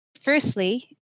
Firstly